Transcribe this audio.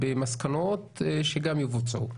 במסקנות שגם יבוצעו.